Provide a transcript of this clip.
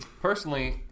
Personally